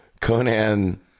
Conan